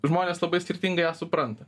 žmonės labai skirtingai ją supranta